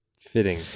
Fitting